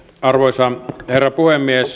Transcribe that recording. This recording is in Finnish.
arvoisa herra puhemies